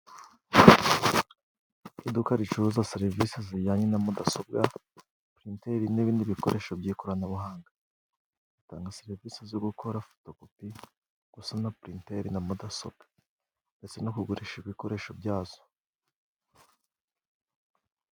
Iduka ricuruza serivisi zijyanye na mudasobwa, printeri n'ibindi bikoresho by'ikoranabuhanga. Batanga serivisi zo gukora fotokopi, gusana prenteri na mudasobwa ndetse no kugurisha ibikoresho byazo.